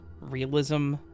realism